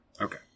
Okay